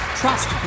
trust